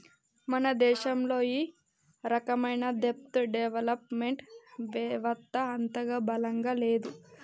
మన దేశంలో ఈ రకమైన దెబ్ట్ డెవలప్ మెంట్ వెవత్త అంతగా బలంగా లేదు